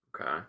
Okay